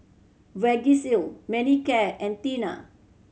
Vagisil Manicare and Tena